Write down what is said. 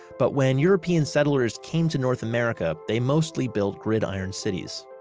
but when european settlers came to north america, they mostly built gridiron cities.